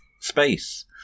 space